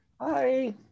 Hi